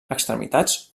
extremitats